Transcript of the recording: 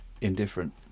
Indifferent